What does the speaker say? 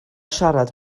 siarad